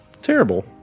Terrible